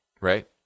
right